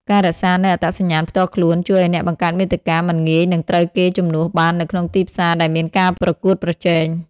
ការរក្សានូវអត្តសញ្ញាណផ្ទាល់ខ្លួន ជួយឱ្យអ្នកបង្កើតមាតិកាមិនងាយនឹងត្រូវគេជំនួសបាននៅក្នុងទីផ្សារដែលមានការប្រកួតប្រជែង។